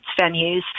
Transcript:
venues